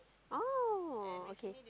oh okay